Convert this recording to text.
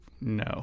no